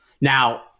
Now